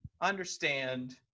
understand